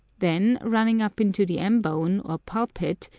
then, running up into the ambone, or pulpit,